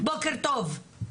בוקר טוב,